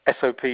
SOP